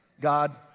God